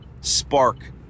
spark